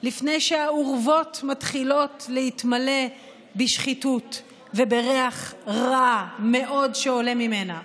לפני שהאורוות מתחילות להתמלא בשחיתות ובריח רע מאוד שעולה ממנה.